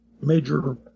major